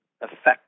effect